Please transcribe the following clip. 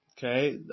Okay